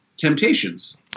Temptations